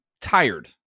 tired